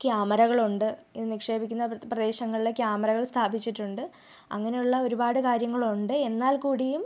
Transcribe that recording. കാമറകളുണ്ട് ഇത് നിക്ഷേപിക്കുന്ന പ് പ്രദേശങ്ങളിൽ കാമറകൾ സ്ഥാപിച്ചിട്ടുണ്ട് അങ്ങനെയുള്ള ഒരുപാട് കാര്യങ്ങളുണ്ട് എന്നാൽ കൂടിയും